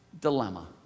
dilemma